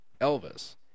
Elvis